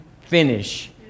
finish